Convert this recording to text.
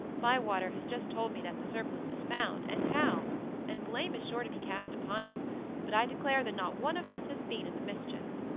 bywater has just told me that the surplice is found, and how and blame is sure to be cast upon us but i declare that not one of us has been in the mischief.